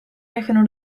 recano